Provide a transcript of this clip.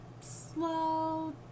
slow